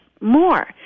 more